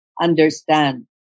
understand